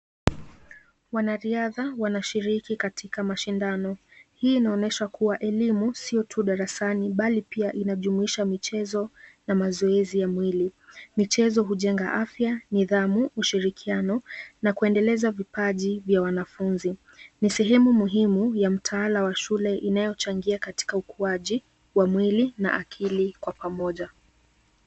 Wanariadha wanashiriki katika mashindano. Hii inaonyesha kuwa elimu sio tu darasani bali pia inajumuisha michezo na mazoezi ya mwili. Michezo hujenga afya, nidhamu, ushirikiano na kuendeleza vipaji vya wanafunzi. Ni sehemu muhimu ya mtaala wa shule inayochangia katika ukuaji wa mwili na akili kwa pamoja.